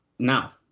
Now